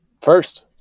First